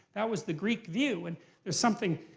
that was the greek view, and there's something.